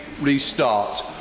restart